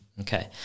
Okay